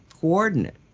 coordinate